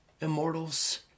Immortals